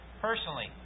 personally